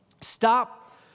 stop